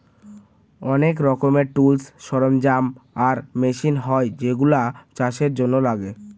অনেক রকমের টুলস, সরঞ্জাম আর মেশিন হয় যেগুলা চাষের জন্য লাগে